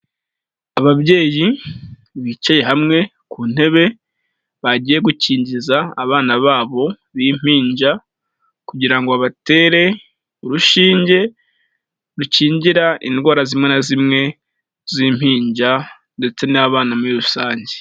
Ababyeyi bicaye hamwe ku ntebe bagiye gukingiza abana babo b'impinja kugira ngo babatere urushinge, rukingira indwara zimwe na zimwe z'impinja ndetse n'abana muri rusange.